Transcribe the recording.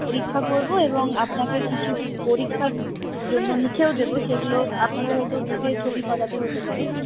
পরীক্ষা করবো এবং আপনাকে কিছু পরীক্ষার জন্য লিখেও দেবো সেগুলো আপনাকে হয়তো বুকের ছবি করাতে হতে পারে